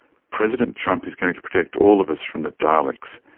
president trump is going to protect all of us from the daleks.